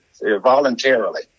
voluntarily